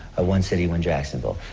one city, one jacksonville.